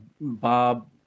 Bob